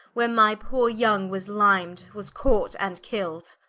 where my poore yong was lim'd, was caught, and kill'd